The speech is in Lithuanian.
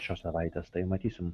šios savaitės tai matysim